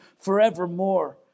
forevermore